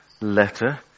letter